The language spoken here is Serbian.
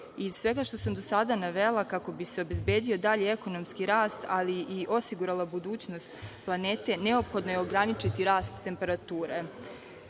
svega što sam do sada navela, kako bi se obezbedio dalji ekonomski rast, ali i osigurala budućnost planete, neophodno je ograničiti rast temperature